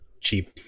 cheap